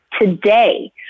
today